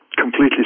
completely